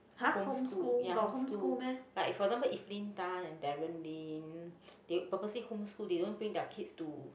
home school ya home school like for example Evelyn Tan and Darre Lim they purposely home school they don't bring their kids to